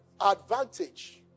Advantage